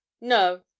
no